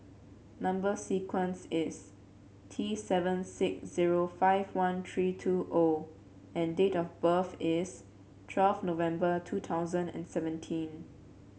number sequence is T seven six zero five one three two O and date of birth is twelve November two thousand and seventeen